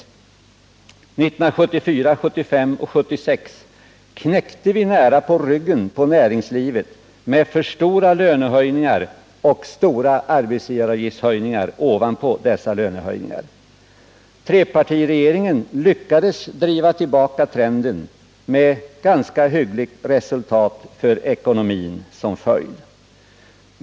1974, 1975 och 1976 knäckte vi närapå ryggen på näringslivet med för stora lönehöjningar och stora arbetsgivaravgiftshöjningar ovanpå dessa lönehöjningar. Trepartiregeringen lyckades driva tillbaka trenden, med ganska hyggligt resultat för ekonomin som följd.